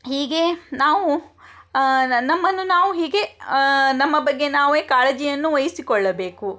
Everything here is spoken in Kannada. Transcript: ಹೀಗೇ ನಾವು ನಮ್ಮನ್ನು ನಾವು ಹೀಗೇ ನಮ್ಮ ಬಗ್ಗೆ ನಾವೇ ಕಾಳಜಿಯನ್ನು ವಹಿಸಿಕೊಳ್ಳಬೇಕು